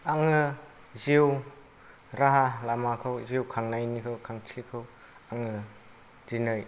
आङो जिउ राहा लामाखौ जिउ खांनायनिखौ खान्थिखौ आङो दिनै